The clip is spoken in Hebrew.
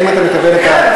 האם אתה מקבל את התנאי?